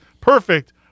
Perfect